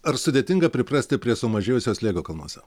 ar sudėtinga priprasti prie sumažėjusio slėgio kalnuose